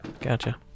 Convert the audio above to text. Gotcha